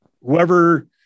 whoever